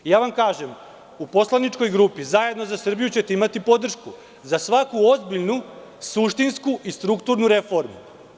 Opet vam kažem da ćete u Poslaničkoj grupi Zajedno za Srbiju imati podršku za svaku ozbiljnu, suštinsku i strukturnu reformu.